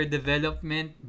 development